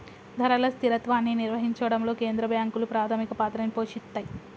ధరల స్థిరత్వాన్ని నిర్వహించడంలో కేంద్ర బ్యాంకులు ప్రాథమిక పాత్రని పోషిత్తాయ్